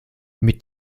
mit